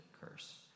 curse